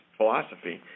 philosophy